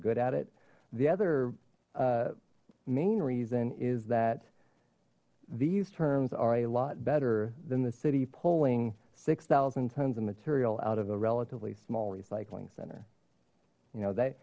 good at it the other main reason is that these terms are a lot better than the city pulling six thousand tons of material out of a relatively small recycling center you know they